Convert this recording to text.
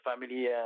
family